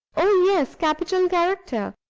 oh, yes capital character.